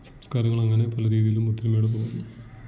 സംസ്കാരങ്ങളങ്ങനെ പല രീതിയിലും ഒത്തൊരുമയോടെ പോകുന്നു